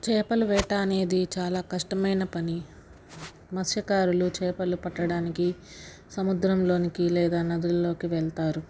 చేపలు వేట అనేది చాలా కష్టమైన పని మత్స్యకారులు చేపలు పట్టడానికి సముద్రంలోనికి లేదా నదుల్లోకి వెళ్తారు